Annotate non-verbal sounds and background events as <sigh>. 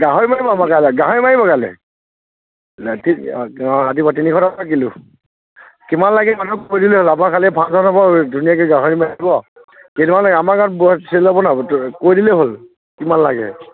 গাহৰি মাৰিম আমাৰ কাইলৈ গাহৰি মাৰিম কাইলৈ ৰাতি অঁ অঁ ৰাতিপুৱা তিনিশ টকা কিলো কিমান লাগে মানুহক কৈ দিলে হ'ল আমাৰ খালি ফাংচন হ'ব ধুনীয়াকৈ গাহৰি মাৰিব <unintelligible> আমাৰ গাঁৱত বৰ চেল হ'ব ন'হব তই কৈ দিলে হ'ল কিমান লাগে